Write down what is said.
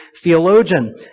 theologian